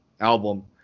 album